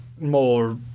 more